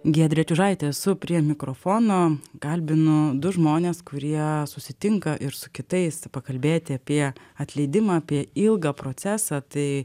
giedrė čiužaitė esu prie mikrofono kalbinu du žmones kurie susitinka ir su kitais pakalbėti apie atleidimą apie ilgą procesą tai